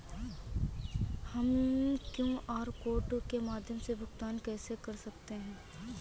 हम QR code के माध्यम से भुगतान कैसे कर सकते हैं?